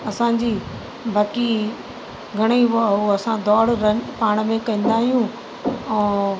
असांजी बाक़ी घणेईं उहो उहो असां दौड़ रन पाण में कंदा आहियूं ऐं